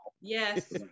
Yes